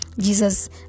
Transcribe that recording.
Jesus